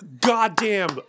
Goddamn